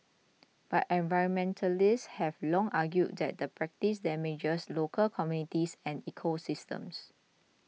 but environmentalists have long argued that the practice damages local communities and ecosystems